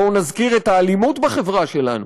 בואו נזכיר את האלימות בחברה שלנו,